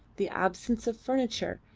the absence of furniture,